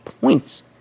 points